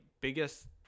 biggest